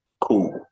Cool